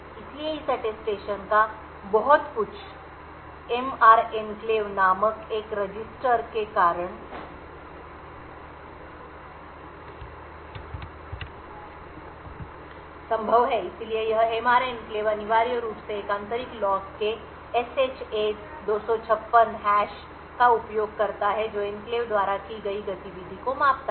इसलिए इस अटेस्टेशन का बहुत कुछ एमआर एन्क्लेव नामक एक रजिस्टर के कारण संभव है इसलिए यह एमआर एन्क्लेव अनिवार्य रूप से एक आंतरिक लॉग के एसएचए 256 हैश का उपयोग करता है जो एन्क्लेव द्वारा की गई गतिविधि को मापता है